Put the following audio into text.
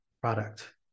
product